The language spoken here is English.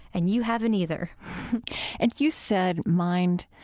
and you haven't either and you said mind,